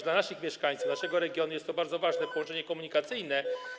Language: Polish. Dla naszych mieszkańców, naszego regionu jest to bardzo ważne połączenie komunikacyjne.